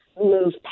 move